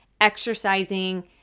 exercising